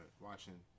watching